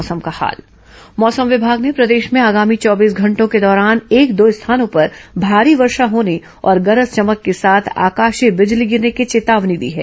मौसम मौसम विभाग ने प्रदेश में आगामी चौबीस घंटों के दौरान एक दो स्थानों पर भारी वर्षा होने और गरज चमक के साथ आकाशीय बिजली गिरने की चेतावनी दी है